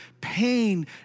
pain